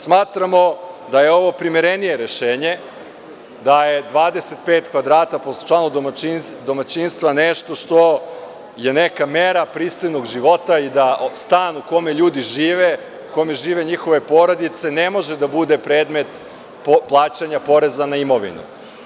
Smatramo da je ovo primerenije rešenje, da je 25 kvadrata po članu domaćinstva nešto što je neka mera pristojnog života i da stan u kome ljudi žive, u kome žive njihove porodice ne može da bude predmet plaćanja poreza na imovinu.